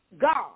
God